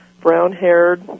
brown-haired